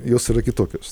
jos yra kitokios